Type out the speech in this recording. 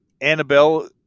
Annabelle